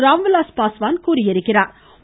Ramvilas Paswan தெரிவித்திருக்கிறாா்